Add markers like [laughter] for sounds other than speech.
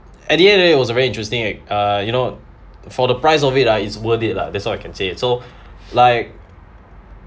and yet it was a very interesting err you know for the price of it ah it's worth it lah that's all I can say so [breath] like